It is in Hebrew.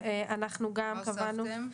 מה הוספתם?